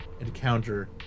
encounter